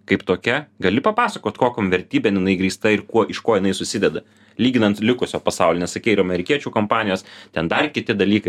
kaip tokia gali papasakot kokiom vertybėm jinai grįsta ir kuo iš ko jinai susideda lyginant likusio pasaulio nes sakei ir amerikiečių kompanijos ten dar kiti dalykai